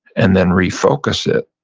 and then refocus it,